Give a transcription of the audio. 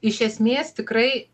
iš esmės tikrai